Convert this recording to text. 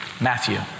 Matthew